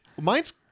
mine's